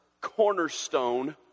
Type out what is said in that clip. cornerstone